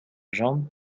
jambe